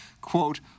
quote